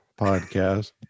Podcast